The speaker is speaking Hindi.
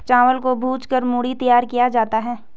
चावल को भूंज कर मूढ़ी तैयार किया जाता है